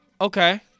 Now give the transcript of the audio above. Okay